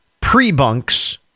pre-bunks